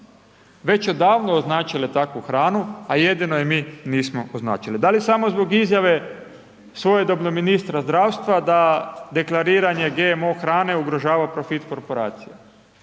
već odavno označile takvu hranu a jedino je mi nismo označili? Da li samo zbog izjave svojedobno ministra zdravstva da deklariranje GMO hrane ugrožava profit korporacija.